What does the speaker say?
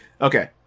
Okay